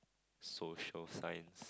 social science